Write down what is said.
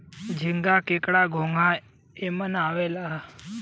झींगा, केकड़ा, घोंगा एमन आवेला